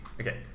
Okay